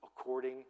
according